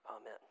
Amen